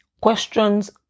Questions